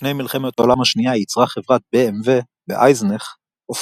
לפני מלחמת העולם השנייה ייצרה חברת BMW באייזנך אופנועים.